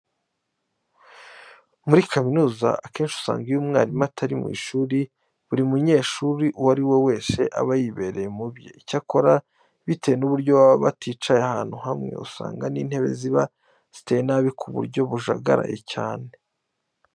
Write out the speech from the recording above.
Muri kaminuza akenshi usanga iyo mwarimu atari mu ishuri buri munyeshuri uwo ari we wese aba yibereye mu bye. Icyakora bitewe n'uburyo baba baticaye ahantu hamwe usanga n'intebe ziba ziteye nabi ku buryo bujagaraye cyane.